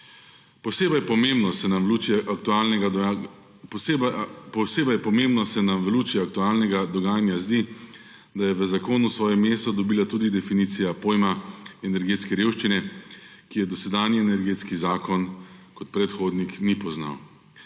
Posebej pomembno se nam v luči aktualnega dogajanja zdi, da je v zakonu svoje mesto dobila tudi definicija pojma energetska revščina, ki je dosedanji Energetski zakon kot predhodnik ni poznal.